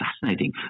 fascinating